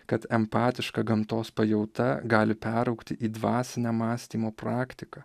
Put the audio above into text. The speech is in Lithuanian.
kad empatiška gamtos pajauta gali peraugti į dvasinę mąstymo praktiką